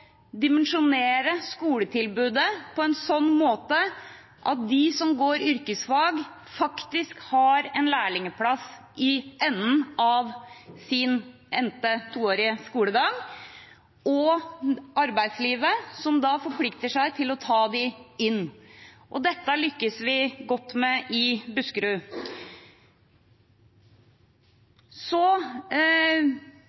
går yrkesfag, faktisk har en lærlingplass i enden av sin endte toårige skolegang, og for næringslivet, som forplikter seg til å ta dem inn. Dette lykkes vi godt med i Buskerud.